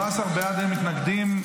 17 בעד, אין מתנגדים.